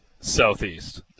Southeast